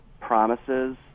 promises